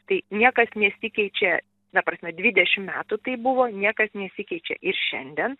tai niekas nesikeičia ta prasme dvidešim metų taip buvo niekas nesikeičia ir šiandien